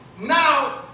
now